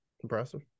Impressive